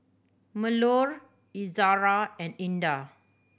Melur Izara and Indah